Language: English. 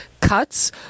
cuts